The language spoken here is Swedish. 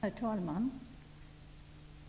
Herr talman!